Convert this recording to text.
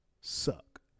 suck